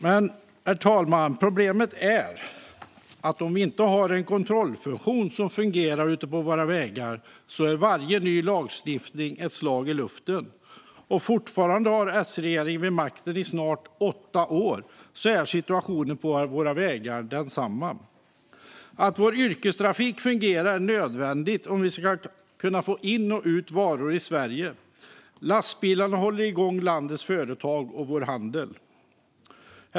Men problemet är att om vi inte har en kontrollfunktion som fungerar ute på våra vägar är varje ny lagstiftning ett slag i luften. Fortfarande med S-regeringen, som har varit vid makten i snart åtta år, är situationen på våra vägar densamma. Att vår yrkestrafik fungerar är nödvändigt om vi ska få in och ut varor i Sverige. Lastbilar håller igång landets företag och vår handel.